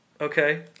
Okay